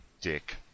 dick